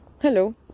hello